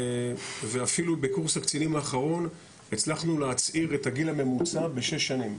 ואפילו בקורס הקצינים האחרון הצלחנו להצעיר את הגיל הממוצע בשש שנים.